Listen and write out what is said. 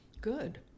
Good